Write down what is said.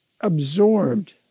absorbed